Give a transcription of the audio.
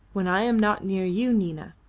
when i am not near you, nina,